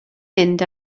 mynd